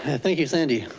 thank you, sandy.